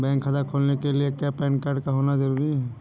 Bank खाता खोलने के लिए क्या पैन कार्ड का होना ज़रूरी है?